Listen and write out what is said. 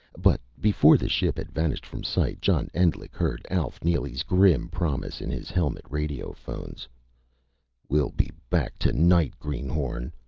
but before the ship had vanished from sight, john endlich heard alf neely's grim promise in his helmet radiophones we'll be back tonight, greenhorn.